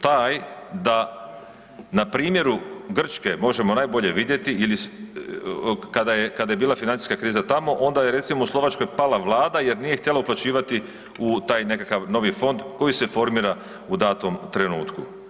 taj da na primjeru Grčke možemo najbolje vidjeti, kada je bila financijska kriza tamo onda je recimo u Slovačkoj pala vlada jer nije htjela uplaćivati u taj nekakav novi fond koji se formira u datom trenutku.